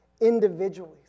individually